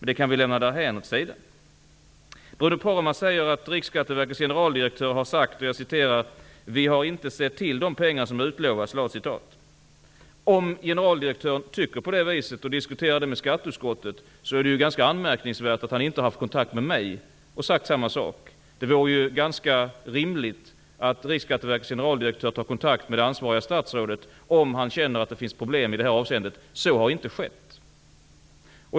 Men det kan vi lämna åt sidan. Bruno Poromaa säger att Riksskatteverkets generaldirektör har sagt: ''Vi har inte sett till de pengar som utlovats.'' Om generaldirektören tycker det och diskuterar det med skatteutskottet är det ganska anmärkningsvärt att han inte har haft kontakt med mig och sagt samma sak. Det vore rimligt att Riksskatteverkets generaldirektör tar kontakt med det ansvariga statsrådet om han känner att det finns problem i det här avseendet, men så har inte skett.